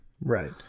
right